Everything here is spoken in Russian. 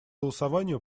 голосованию